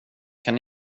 kan